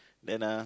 then ah